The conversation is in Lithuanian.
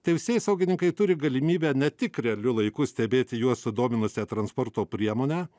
teisėsaugininkai turi galimybę ne tik realiu laiku stebėti juos sudominusią transporto priemonę